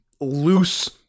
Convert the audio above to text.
loose